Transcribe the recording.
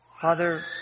Father